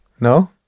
no